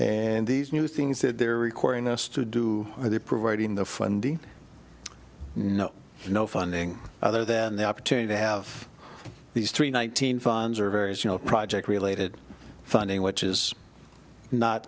and these new things that they're requiring us to do and the providing the funding no no funding other than the opportunity to have these three nineteen funds or various you know project related funding which is not